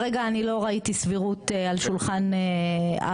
אני לא ראיתי סבירות על שולחן הוועדה,